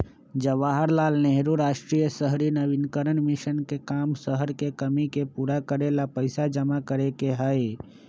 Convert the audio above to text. जवाहर लाल नेहरू राष्ट्रीय शहरी नवीकरण मिशन के काम शहर के कमी के पूरा करे ला पैसा जमा करे के हई